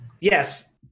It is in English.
Yes